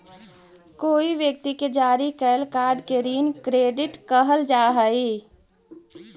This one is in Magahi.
कोई व्यक्ति के जारी कैल कार्ड के ऋण क्रेडिट कहल जा हई